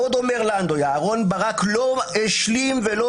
עוד אומר לנדוי: "אהרון ברק לא השלים ולא